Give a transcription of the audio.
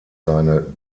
seine